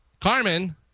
Carmen